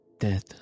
Death